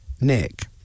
Nick